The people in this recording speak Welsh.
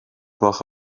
gloch